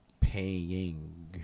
paying